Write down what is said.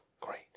great